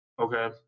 Okay